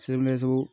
ସେବେଳେ ସବୁ